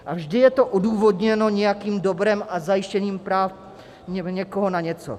A vždy je to odůvodněno nějakým dobrem a zajištěním práv někoho na něco.